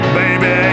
baby